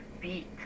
beat